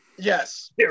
Yes